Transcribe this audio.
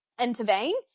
intervene